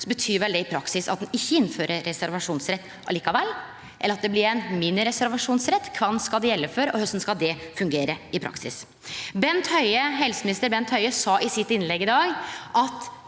så betyr vel det i praksis at ein ikkje innfører reservasjonsrett likevel, eller at det blir ein mini-reservasjonsrett. Kven skal det gjelde for og korleis skal det gjelde i praksis? Helseminister Bent Høie sa i sitt innlegg i dag at